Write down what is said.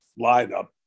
lineup